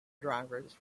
drivers